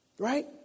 Right